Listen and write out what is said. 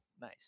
Nice